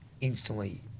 instantly